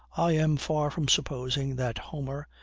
i am far from supposing that homer,